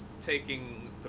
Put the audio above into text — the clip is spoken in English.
taking